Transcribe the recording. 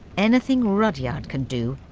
anything rudyard can do,